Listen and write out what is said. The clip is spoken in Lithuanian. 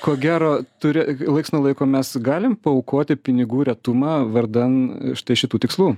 ko gero turi laiks nuo laiko mes galim paaukoti pinigų retumą vardan štai šitų tikslų